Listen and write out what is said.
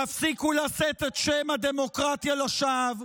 תפסיקו לשאת את שם הדמוקרטיה לשווא,